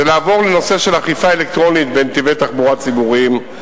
זה לעבור לנושא של אכיפה אלקטרונית בנתיבי תחבורה ציבוריים.